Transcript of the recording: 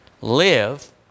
live